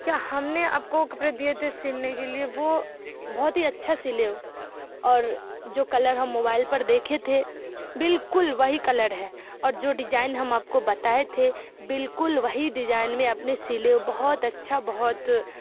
کیا ہم نے آپ کو کپڑے دیے تھے سلنے کے لیے وہ بہت ہی اچھا سلے ہو اور جو کلر ہم موبائل پر دیکھے تھے بالکل وہی کلر ہے اور جو ڈیجائن ہم آپ کو بتائے تھے بالکل وہی ڈیجائن میں آپ نے سلے ہو بہت اچھا بہت